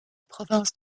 province